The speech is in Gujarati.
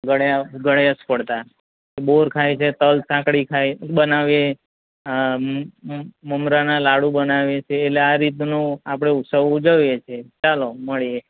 ગળ્યા ગળાશ પડતા બોર ખાય છે તલસાંકળી ખાય બનાવીએ મમ મમરાના લાડું બનાવીએ છે એટલે આ રીતનું આપણે ઉત્સવ ઉજવીએ છે ચાલો મળીએ